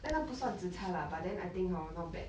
then 他不算 zi char lah but then I think hor not bad